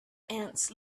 ants